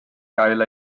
gael